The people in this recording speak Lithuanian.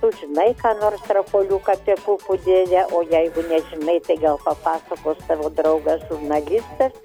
tu žinai ką nors rapoliuk apie pupų dėdę o jeigu nežinai tai gal papasakos tavo draugas žurnalistas